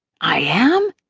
i am?